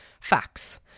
facts